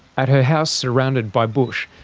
at her house surrounded by bush,